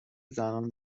زنان